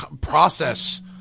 process